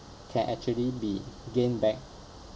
can actually be gained back